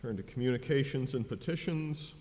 turned to communications and petitions